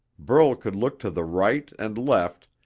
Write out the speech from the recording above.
burl could look to the right and left,